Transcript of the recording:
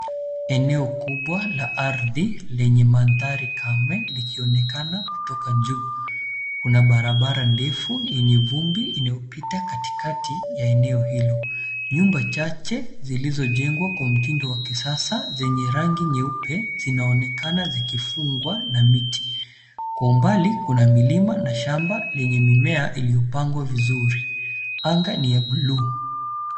Eneo kubwa la ardhi lenye mandhari kame likionekana kutoka juu. Kuna barabara ndefu yenye vumbi inayopita katikati ya eneo hilo. Nyumba chache zilizojengwa kwa mtindo wa kisasa zenye rangi nyeupe zinaonekana zikifungwa na miti. Kwa umbali kuna milima na shamba lenye mimea iliyopangwa vizuri. Anga ni ya blue .